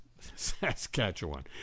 Saskatchewan